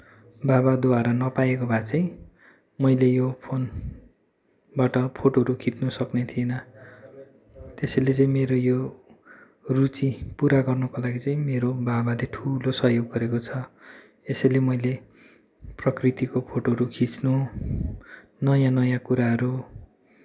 बाबाद्वारा नपाएको भए चाहिँ मैले यो फोनबाट फोटोहरू खिच्नसक्ने थिइनँ त्यसैले चाहिँ मेरो यो रुचि पुरा गर्नको लागि चाहिँ मेरो बाबाले ठुलो सहयोग गरेको छ यसैले मैले प्रकृतिको फोटोहरू खिच्नु नयाँ नयाँ कुराहरू